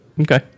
Okay